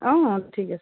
অঁ অঁ ঠিক আছে